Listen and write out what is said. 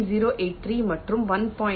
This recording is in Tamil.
083 மற்றும் 1